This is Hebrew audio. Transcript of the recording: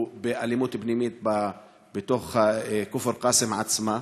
באלימות פנימית בתוך כפר קאסם עצמה.